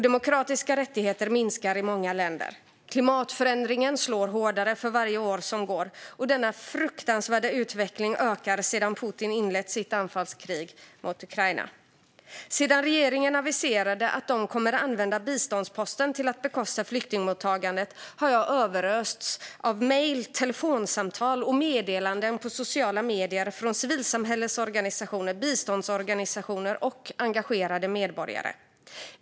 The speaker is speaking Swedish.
Demokratiska rättigheter minskar i många länder. Klimatförändringen slår hårdare för varje år som går. Denna fruktansvärda utveckling ökar sedan Putin inlett sitt anfallskrig mot Ukraina. Sedan regeringen aviserade att de kommer att använda biståndsposten till att bekosta flyktingmottagandet har jag överösts av mejl, telefonsamtal och meddelanden på sociala medier från civilsamhällesorganisationer, biståndsorganisationer och engagerade medborgare.